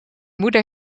moeder